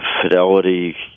Fidelity